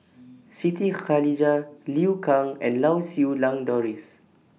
Siti Khalijah Liu Kang and Lau Siew Lang Doris